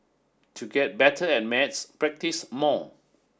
to get better at maths practise more